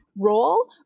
role